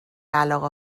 علاقه